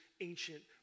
ancient